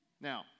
Now